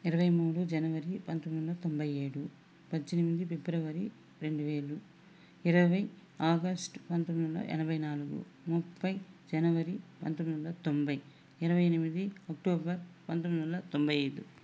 ఇరవై మూడు జనవరి పంతొమ్మిది వందల తొంభై ఏడు పద్దెనిమిది ఫిబ్రవరి రెండు వేలు ఇరువై ఆగస్ట్ పంతొమ్మిది వందల ఎనభై నాలుగు ముప్పై జనవరి పంతొమ్మిది వందల తొంభై ఇరువై ఎనిమిది అక్టోబర్ పంతొమ్మిది వందల తొంభై ఐదు